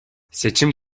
seçim